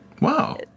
wow